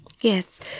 Yes